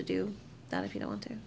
to do that if you don't want to